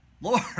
Lord